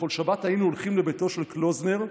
בכל שבת היינו הולכים לביתו של קלוזנר"